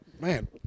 man